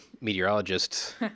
meteorologists